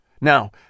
Now